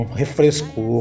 refresco